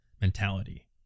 mentality